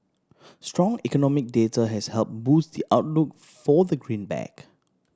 strong economic data has help boost the outlook for the greenback